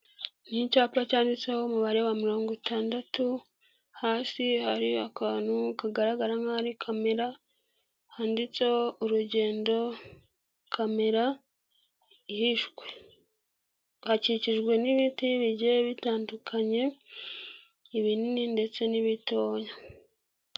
Ni icyapa cyanditseho umubare wa mirongo itandatu, hasi hari akantu kagaragara nkaho ari kamera, handitseho urugendo kamera ihishwe. Hakikijwe n'ibiti bigiye bitandukanye, ibinini ndetse n'ibitoya.